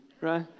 right